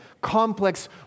complex